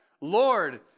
Lord